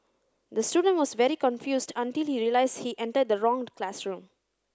the student was very confused until he realised he entered the wrong classroom